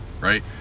right